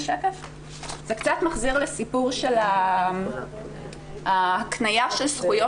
זה קצת מחזיר לסיפור של הקניה של זכויות